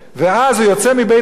ואז הוא יוצא מבית-המשפט,